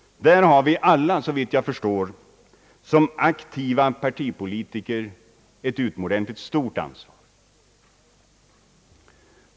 Där har vi alla, såvitt jag förstår, som aktiva partipolitiker ett utomordentligt stort ansvar.